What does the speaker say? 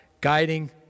guiding